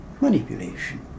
manipulation